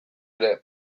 ere